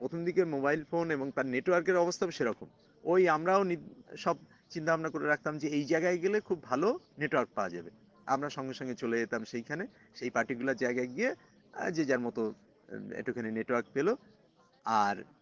প্রথম দিকের mobile phone এবং তার নেটওয়ার্কের অবস্থাও সেরকম ওই আমরাও সব চিন্তাভাবনা করে রাখতাম যে এই জায়গায় গেলে খুব ভালো নেটওয়ার্ক পাওয়া যাবে আমরা সঙ্গে সঙ্গে চলে যেতাম সেইখানে সেই পার্টিুলার জায়গায় গিয়ে এ যে যার মতো একটুখানি নেটওয়ার্ক পেলো আর